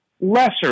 lesser